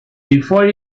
before